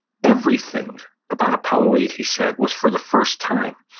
everything about apollo eight, he said, was for the first time.